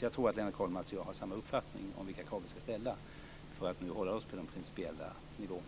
Jag tror att Lennart Kollmats och jag har samma uppfattning om vilka krav vi ska ställa, för att nu hålla oss på den principiella nivån.